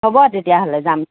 হ'ব তেতিয়াহ'লে যাম